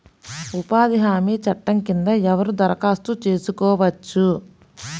ఉపాధి హామీ చట్టం కింద ఎవరు దరఖాస్తు చేసుకోవచ్చు?